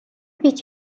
pitch